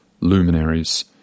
luminaries